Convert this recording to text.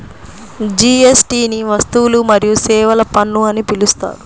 జీఎస్టీని వస్తువులు మరియు సేవల పన్ను అని పిలుస్తారు